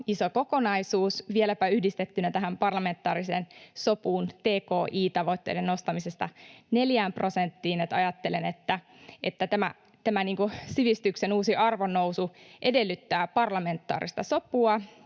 iso kokonaisuus, vieläpä yhdistettynä tähän parlamentaariseen sopuun tki-tavoitteiden nostamisesta 4 prosenttiin, että ajattelen, että tämä sivistyksen uusi arvonnousu edellyttää parlamentaarista sopua